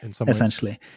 essentially